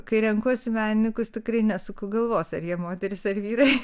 kai renkuosi menininkus tikrai nesuku galvos ar jie moterys ar vyrai